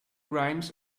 rhymes